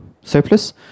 surplus